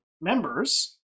members